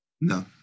No